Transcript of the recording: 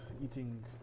eating